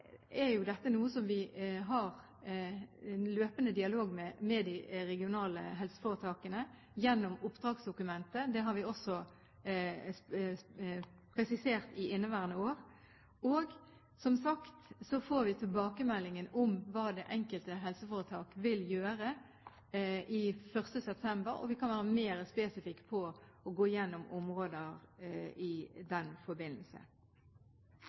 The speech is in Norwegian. dette har vi jo en løpende dialog med de regionale helseforetakene om gjennom oppdragsdokumentet. Det har vi også presisert i inneværende år, og, som sagt, vi får etter 1. september tilbakemelding om hva det enkelte helseforetak vil gjøre, og vi kan gå igjennom mer spesifikke områder i den forbindelse.